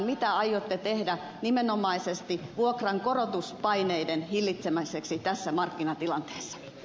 mitä aiotte tehdä nimenomaisesti vuokrankorotuspaineiden hillitsemiseksi tässä markkinatilanteessa